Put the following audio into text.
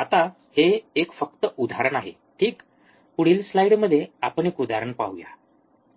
आता हे एक फक्त उदाहरण आहे ठीक पुढील स्लाइडमध्ये आपण एक उदाहरण पाहूया